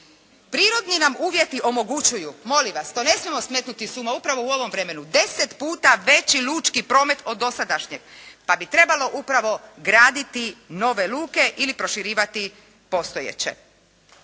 Prirodni nam uvjeti omogućuju, to ne smijemo smetnuti s uma u ovom vremenu, 10 puta veći lučki promet od dosadašnjeg, pa bi trebalo upravo graditi nove luke ili proširivati postojeće.